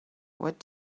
what